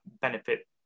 benefit